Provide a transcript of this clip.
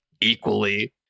Equally